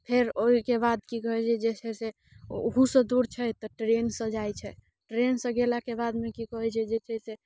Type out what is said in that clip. फेर ओहिके बाद की कहैत छै जे छै से ओहूसँ दूर छै तऽ ट्रेनसँ जाइत छै ट्रेनसँ गेलाके बादमे की कहैत छै जे छै से